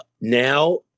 now